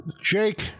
Jake